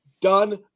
done